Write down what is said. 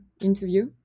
interview